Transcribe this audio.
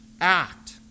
act